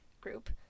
group